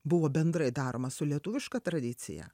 buvo bendrai daroma su lietuviška tradicija